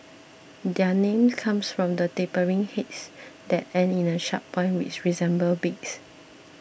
their name comes from their tapering heads that end in a sharp point which resemble beaks